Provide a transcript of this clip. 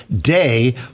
day